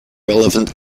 relevant